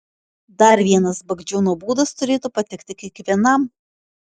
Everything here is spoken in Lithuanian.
dar vienas bagdžiūno būdas turėtų patikti kiekvienam